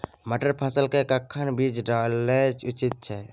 मटर फसल के कखन बीज डालनाय उचित छै?